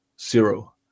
zero